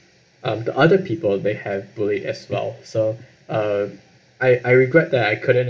um the other people they have bullied as well so um I I regret that I couldn't